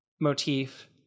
motif